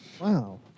Wow